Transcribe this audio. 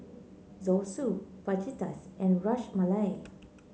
Zosui Fajitas and Ras Malai